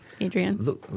Adrian